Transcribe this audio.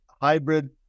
hybrid